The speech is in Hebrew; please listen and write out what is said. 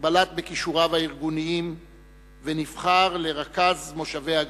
בלט בכישוריו הארגוניים ונבחר לרכז מושבי הגליל.